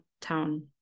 town